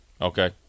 okay